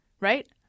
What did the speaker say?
Right